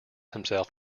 himself